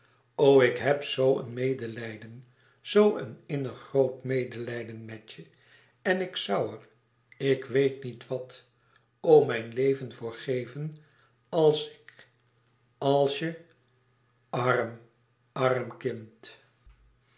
o ik heb zoo een medelijden zoo een innig groot medelijden met je en ik zoû er ik weet niet wat o mijn leven voor geven als ik als je arm arm kind